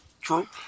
true